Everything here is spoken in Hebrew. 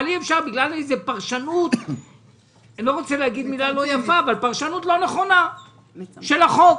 אבל אי אפשר בגלל איזו פרשנות לא נכונה של החוק.